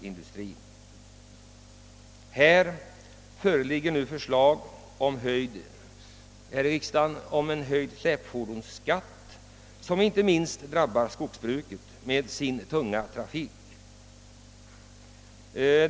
I riksdagen föreligger nu förslag om höjd släpfordonsskatt, som drabbar inte minst skogsbruket med dess tunga trafik.